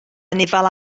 anifail